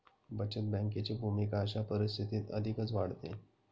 बचत बँकेची भूमिका अशा परिस्थितीत अधिकच वाढते